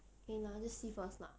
你拿着 see first lah